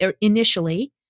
initially